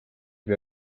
pea